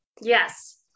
Yes